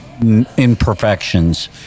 imperfections